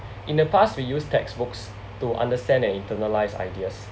in the past we use textbooks to understand and internalise ideas